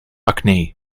acne